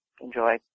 enjoy